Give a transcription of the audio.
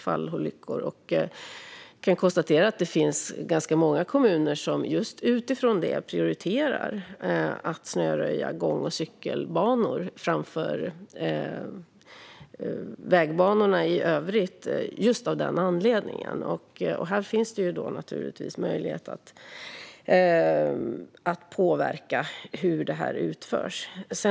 Jag kan konstatera att många kommuner av den anledningen prioriterar att snöröja gång och cykelbanor framför vägbanorna i övrigt. Här finns naturligtvis möjlighet att påverka hur arbetet utförs.